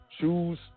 shoes